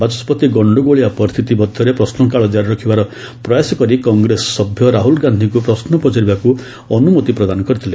ବାଚସ୍କତି ଗଣ୍ଡଗୋଳିଆ ପରିସ୍ଥିତି ମଧ୍ୟରେ ପ୍ରଶ୍ନକାଳ ଜାରି ରଖିବାର ପ୍ରୟାସ କରି କଂଗ୍ରେସ ସଭ୍ୟ ରାହୁଲ୍ ଗାନ୍ଧିଙ୍କୁ ପ୍ରଶ୍ନ ପଚାରିବାକୁ ଅନୁମତି ପ୍ରଦାନ କରିଥିଲେ